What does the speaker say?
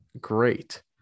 Great